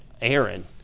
Aaron